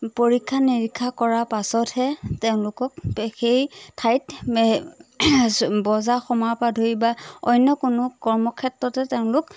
পৰীক্ষা নিৰীক্ষা কৰাৰ পাছতহে তেওঁলোকক সেই ঠাইত বজাৰ সমাৰৰপৰা ধৰি বা অন্য কোনো কৰ্মক্ষেত্ৰতে তেওঁলোক